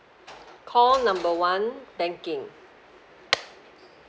call number one banking